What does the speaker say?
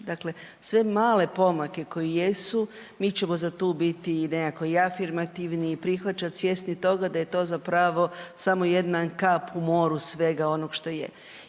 Dakle, sve male pomake koji jesu, mi ćemo za tu biti i nekako i afirmativni i prihvaćati, svjesni toga da je to zapravo samo jedna kap u moru svega onoga što je